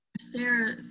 Sarah